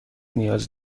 نیاز